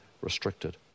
restricted